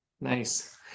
nice